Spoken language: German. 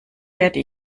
werde